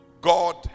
God